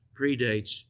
predates